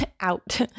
out